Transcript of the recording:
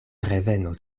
revenos